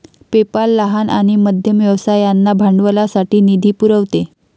PayPal लहान आणि मध्यम व्यवसायांना भांडवलासाठी निधी पुरवते